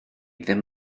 ddim